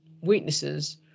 weaknesses